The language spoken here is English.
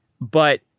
But-